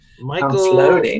michael